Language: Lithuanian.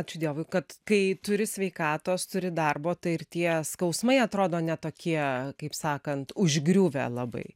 ačiū dievui kad kai turi sveikatos turi darbo tai ir tie skausmai atrodo ne tokie kaip sakant užgriuvę labai